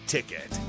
Ticket